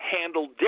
handled